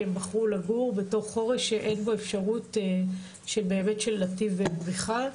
הם בחרו לגור בתוך חורש ושאין ממנו נתיב בריחה.